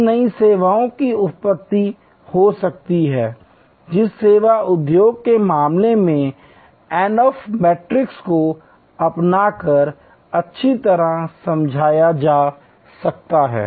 अब नई सेवाओं की उत्पत्ति हो सकती है जिसे सेवा उद्योग के मामले में Ansoff मैट्रिक्स को अपनाकर अच्छी तरह समझाया जा सकता है